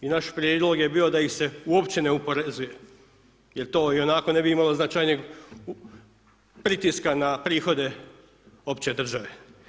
I naš prijedlog je bio da ih se uopće ne oporezuje jer to ionako ne bi imalo značajnijeg pritiska na prihode opće države.